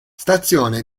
stazione